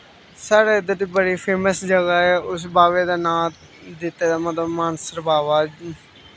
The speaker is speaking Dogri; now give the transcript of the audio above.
साढ़े इद्धर दी बड़ी फेमस जगह ऐ उस बावे दा नांऽ दित्ते दा मतलब मानसर बावा